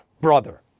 brother